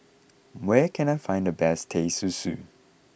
where can I find the best Teh Susu